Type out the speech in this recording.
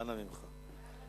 אנא ממך,